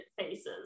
faces